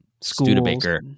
Studebaker